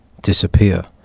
disappear